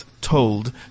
told